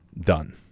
done